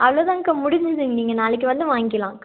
அவ்வளோ தான்க்கா முடிஞ்சது நீங்கள் நாளைக்கு வந்து வாங்கிக்கலாம்